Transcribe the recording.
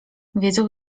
wiedzą